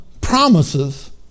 promises